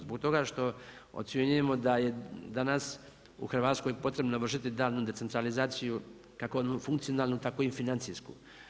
Zbog toga što ocjenjujemo da je danas u Hrvatskoj potrebno vršiti daljnju decentralizaciju kako funkcionalnu, tako i financijsku.